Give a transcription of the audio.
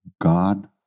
God